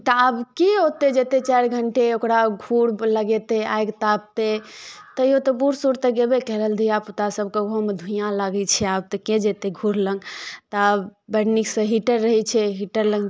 तऽ आब के ओतऽ जेतै चारि घंटे ओकरा घूर लगेतै आगि तापतै तहिया तऽ बूढ़ सूढ़ तऽ गेबै केलनि धिया पूता सबके ओहोमे धूईयाँ लागै छै आब तऽ के जेतै घूर लग तब बड़ नीक सँ हीटर रहै छै हीटर लग